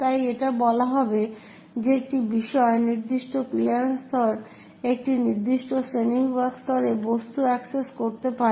তাই এটা বলা হবে যে একটি বিষয় নির্দিষ্ট ক্লিয়ারেন্স স্তর একটি নির্দিষ্ট শ্রেণীবিভাগ স্তরে বস্তু অ্যাক্সেস করতে পারে